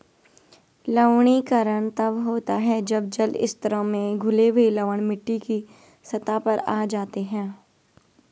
लवणीकरण तब होता है जब जल स्तरों में घुले हुए लवण मिट्टी की सतह पर आ जाते है